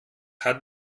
hat